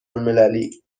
المللی